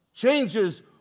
changes